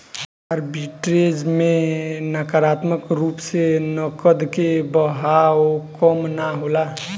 arbitrage में नकारात्मक रूप से नकद के बहाव कम ना होला